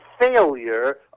failure